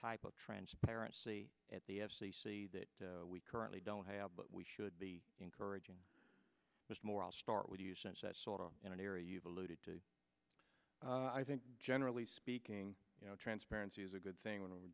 type of transparency at the f c c that we currently don't have but we should be encouraging more i'll start with you since that sort of in an area you've alluded to i think generally speaking you know transparency is a good thing when we're